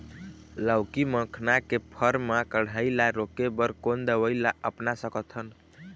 लाउकी मखना के फर मा कढ़ाई ला रोके बर कोन दवई ला अपना सकथन?